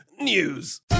news